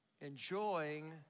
enjoying